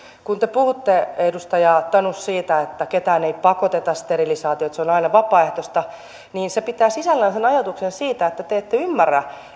kun te puhutte edustaja tanus siitä että ketään ei pakoteta sterilisaatioon että se on aina vapaaehtoista niin se pitää sisällään sen ajatuksen siitä että te ette ymmärrä